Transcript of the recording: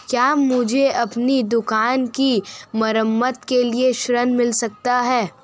क्या मुझे अपनी दुकान की मरम्मत के लिए ऋण मिल सकता है?